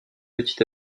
petit